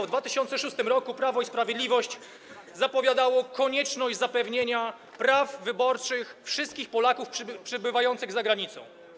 W 2006 r. Prawo i Sprawiedliwość zapowiadało konieczność zapewnienia praw wyborczych wszystkim Polakom przebywającym za granicą.